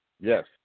Yes